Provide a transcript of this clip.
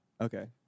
Okay